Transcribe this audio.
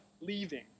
leaving